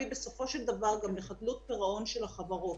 בסופו של דבר גם לחדלות פירעון של החברות.